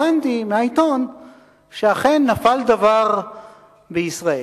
הבנתי מהעיתון שאכן נפל דבר בישראל.